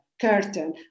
curtain